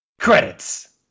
Credits